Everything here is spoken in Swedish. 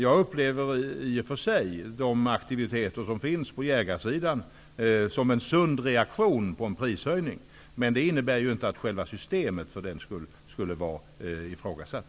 Jag upplever i och för sig de aktiviteter som finns på jägarsidan som en sund reaktion på en prishöjning, men det innebär ju inte att själva systemet för den skull är ifrågasatt.